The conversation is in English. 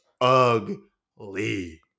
ugly